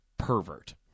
pervert